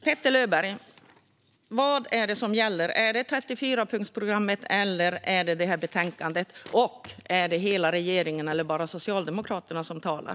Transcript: Petter Löberg! Vad är det som gäller - är det 34-punktsprogrammet, eller är det detta betänkande? Och är det hela regeringen eller bara Socialdemokraterna som talar?